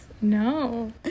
no